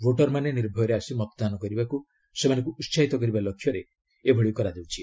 ଭୋଟରମାନେ ନିର୍ଭୟରେ ଆସି ମତଦାନ କରିବାକୁ ସେମାନଙ୍କୁ ଉସାହିତ କରିବା ଲକ୍ଷ୍ୟରେ ଏହା କରାଯାଉଛି